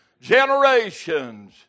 generations